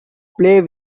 play